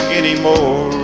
anymore